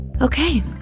Okay